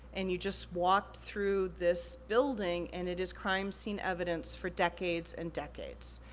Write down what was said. and you just walked through this building and it is crime scene evidence for decades and decades.